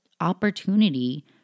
opportunity